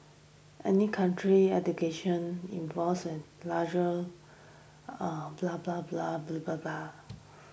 any country's education larger